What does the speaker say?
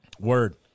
Word